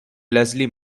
leslie